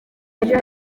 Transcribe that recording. ejo